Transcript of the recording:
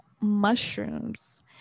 mushrooms